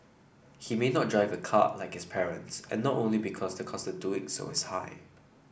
he may not drive a car like his parents and not only because the cost doing so is high